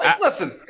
Listen